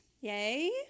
yay